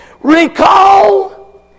Recall